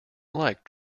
like